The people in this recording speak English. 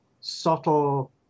subtle